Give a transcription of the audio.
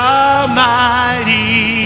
almighty